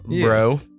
bro